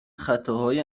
خطاهای